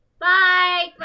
Bye